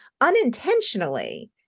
unintentionally